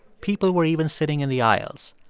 people were even sitting in the aisles.